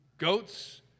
Goats